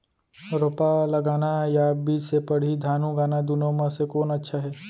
रोपा लगाना या बीज से पड़ही धान उगाना दुनो म से कोन अच्छा हे?